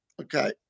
Okay